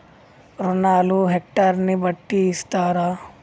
రుణాలు హెక్టర్ ని బట్టి ఇస్తారా?